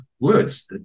words